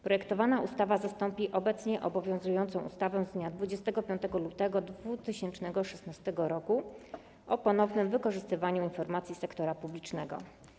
Projektowana ustawa zastąpi obecnie obowiązującą ustawę z dnia 25 lutego 2016 r. o ponownym wykorzystywaniu informacji sektora publicznego.